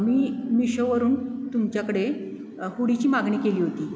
मी मिशोवरून तुमच्याकडे हुडीची मागणी केली होती